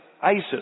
Isis